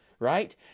Right